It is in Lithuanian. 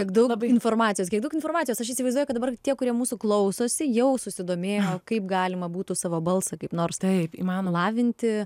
tiek daug informacijos kiek daug informacijos aš įsivaizduoju kad dabar tie kurie mūsų klausosi jau susidomėjo kaip galima būtų savo balsą kaip nors man lavinti